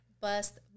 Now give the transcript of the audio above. bust